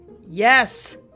Yes